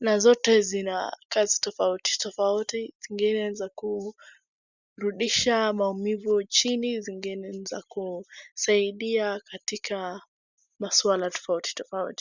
na zote zina kazi tofauti tofauti zingine ni za kurudisha maumivu chini, zingine ni za kusaidia katika maswala tofauti tofauti.